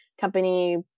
company